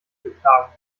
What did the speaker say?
beklagen